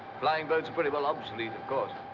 flying boats are pretty well obsolete, of course.